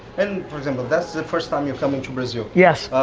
and for example, that's the first time you come into brazil. yes.